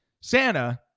Santa